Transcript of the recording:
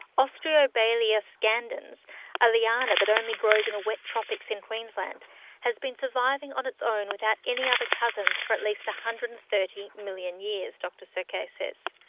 austrobaileya scandens a liana that only grows in the wet tropics in queensland has been surviving on its own without any other cousins for at least one ah hundred and thirty million years, dr sauquet says.